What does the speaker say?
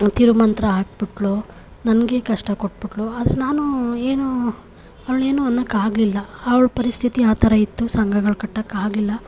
ತಿರುಮಂತ್ರ ಹಾಕಿಬಿಟ್ಲು ನನಗೆ ಕಷ್ಟ ಕೊಟ್ಟುಬಿಟ್ಲು ಆದರೆ ನಾನು ಏನು ಅವ್ಳನ್ನು ಏನು ಅನ್ನೋಕ್ಕಾಗಲಿಲ್ಲ ಅವ್ಳ ಪರಿಸ್ಥಿತಿ ಆ ಥರ ಇತ್ತು ಸಂಘಗಳು ಕಟ್ಟೋಕ್ಕಾಗ್ಲಿಲ್ಲ